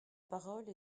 parole